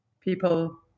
people